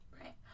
Right